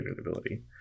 ability